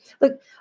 look